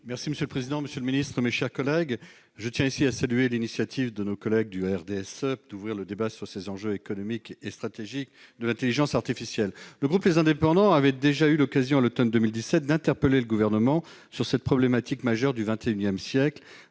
recherche. Très bien ! La parole est à M. Joël Guerriau. Je tiens à saluer l'initiative de nos collègues du RDSE d'ouvrir le débat sur les enjeux économiques et stratégiques de l'intelligence artificielle. Le groupe Les Indépendants avait eu l'occasion, à l'automne 2017, d'interpeller le Gouvernement sur cette problématique majeure du XXI siècle,